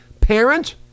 parent